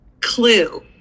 Clue